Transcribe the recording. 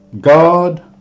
God